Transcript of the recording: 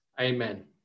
Amen